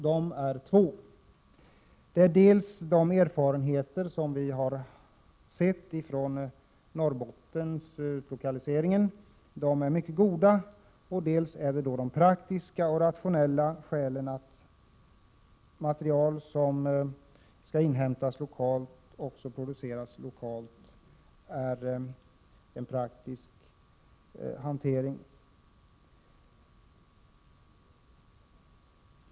De är två, nämligen dels de erfarenheter som vi har fått av Norrbottenslokaliseringen och som är mycket goda, dels de praktiska och rationella skälen; att material som skall inhämtas lokalt också produceras lokalt är en praktisk hantering.